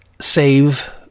save